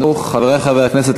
חברי חברי הכנסת,